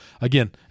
again